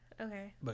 Okay